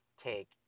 take